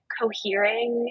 cohering